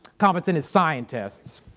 competent is scientists